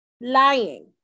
Lying